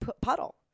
puddle